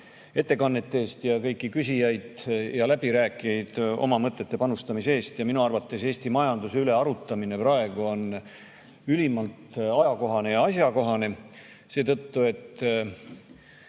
ettekannete eest ja kõiki küsijaid ja läbirääkijaid oma mõtete panustamise eest! Minu arvates Eesti majanduse üle arutamine on praegu ülimalt ajakohane ja asjakohane seetõttu, et